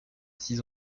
six